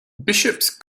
bishops